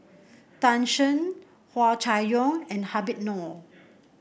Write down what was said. Tan Shen Hua Chai Yong and Habib Noh